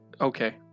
Okay